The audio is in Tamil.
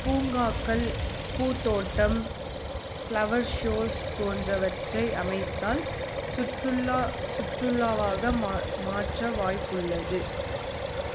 பூங்காக்கள் பூந்தோட்டம் ஃப்ளவர் ஷோஸ் போன்றவற்றை அமைத்தால் சுற்றுலா சுற்றுலாவாக மா மாற்ற வாய்ப்புள்ளது